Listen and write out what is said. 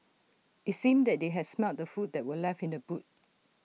IT seemed that they had smelt the food that were left in the boot